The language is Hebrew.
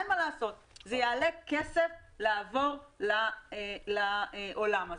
אין מה לעשות, זה יעלה כסף לעבור לעולם הזה.